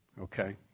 Okay